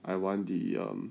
I want the um